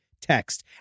text